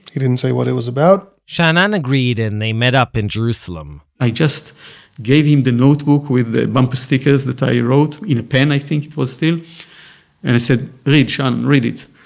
he didn't say what it was about sha'anan agreed and they met up in jerusalem i just gave him the notebook with the bumper stickers that i wrote, in a pen i think it was still, and i said, read, sha'anan, read it.